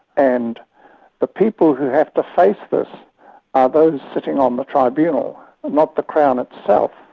and the people who have to face this are those sitting on the tribunal, not the crown itself,